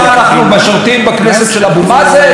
מה, אנחנו משרתים בכנסת של אבו מאזן?